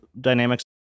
dynamics